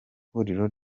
ihuriro